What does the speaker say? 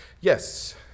Yes